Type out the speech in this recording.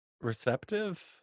receptive